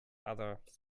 others